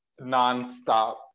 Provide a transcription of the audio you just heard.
nonstop